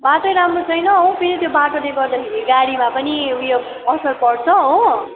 बाटो राम्रो छैन हो फेरि त्यो बाटोले गर्दाखेरि गाडीमा पनि उयो असर पर्छ हो